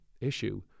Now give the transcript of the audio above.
issue